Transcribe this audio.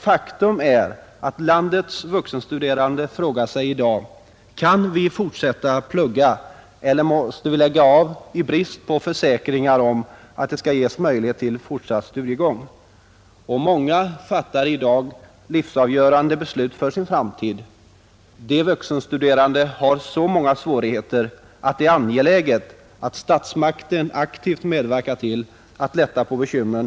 Faktum är att landets vuxenstuderande i dag frågar sig: Kan vi fortsätta att plugga eller måste vi lägga av i brist på försäkringar om att det skall ges möjlighet till fortsatt studiegång? Många fattar i dag beslut som är avgörande för deras framtid. De vuxenstuderande har så många svårigheter att det är angeläget att statsmakten genom bindande löften aktivt medverkar till att lätta på bekymren.